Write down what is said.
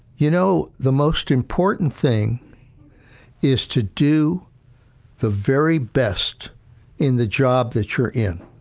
you know, the most important thing is to do the very best in the job that you're in,